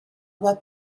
about